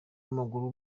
w’amaguru